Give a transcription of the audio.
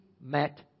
met